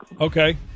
okay